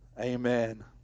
Amen